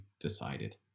decided